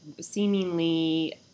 seemingly